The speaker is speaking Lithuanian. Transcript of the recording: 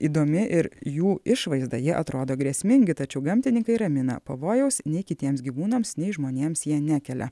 įdomi ir jų išvaizda jie atrodo grėsmingi tačiau gamtininkai ramina pavojaus nei kitiems gyvūnams nei žmonėms jie nekelia